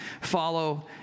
follow